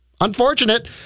Unfortunate